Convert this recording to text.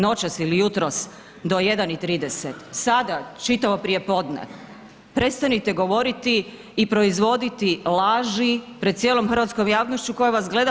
Noćas ili jutros do 1:30, sada čitavo prijepodne prestanite govoriti i proizvoditi laži pred cijelom hrvatskom javnošću koja vas gleda.